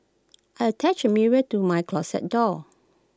I attached A mirror to my closet door